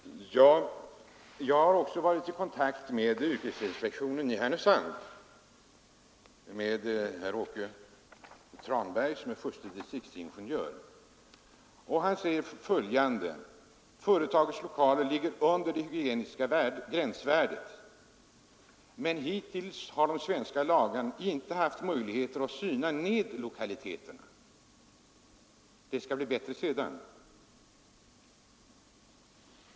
Herr talman! Jag har också varit i kontakt med yrkesinspektionen i Härnösand — närmare bestämt med herr Åke Tranberg, som är förste distriktsingenjör — och han säger att företagets lokaler ligger under det hygieniska gränsvärdet, men hittills har de svenska lagarna inte givit yrkesinspektionen möjligheter att syna ned lokaliteterna. Det skall bli bättre sedan.